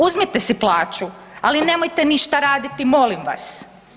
Uzmite si plaću, ali nemojte ništa raditi molim vas.